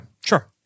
sure